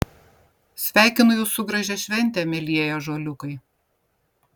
sveikinu jus su gražia švente mielieji ąžuoliukai